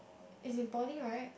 is in poly right